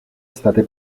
state